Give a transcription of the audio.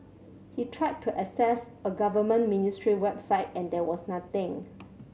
he tried to access a government ministry website and there was nothing